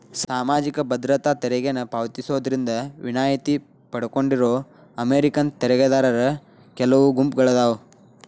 ಸಾಮಾಜಿಕ ಭದ್ರತಾ ತೆರಿಗೆನ ಪಾವತಿಸೋದ್ರಿಂದ ವಿನಾಯಿತಿ ಪಡ್ಕೊಂಡಿರೋ ಅಮೇರಿಕನ್ ತೆರಿಗೆದಾರರ ಕೆಲವು ಗುಂಪುಗಳಾದಾವ